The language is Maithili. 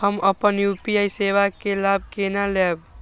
हम अपन यू.पी.आई सेवा के लाभ केना लैब?